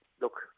look